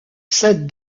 cède